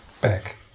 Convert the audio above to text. back